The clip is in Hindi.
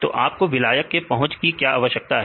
तो आपको विलायक के पहुंच की क्या आवश्यकता है